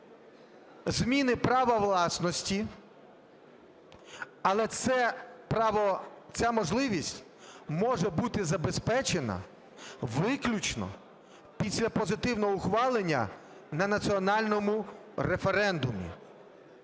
зміни права власності. Але це право, ця можливість може бути забезпечена виключно після позитивного ухвалення на національному референдумі.